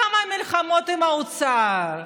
כמה מלחמות עם האוצר.